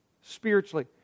spiritually